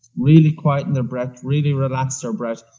really quieten their breath, really relax their breath,